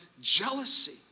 jealousy